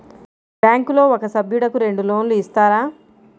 బ్యాంకులో ఒక సభ్యుడకు రెండు లోన్లు ఇస్తారా?